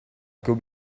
quand